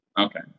Okay